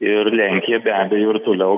ir lenkija be abejo ir toliau